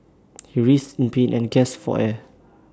he writhed in pain and gasped for air